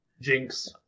Jinx